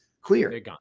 clear